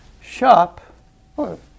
shop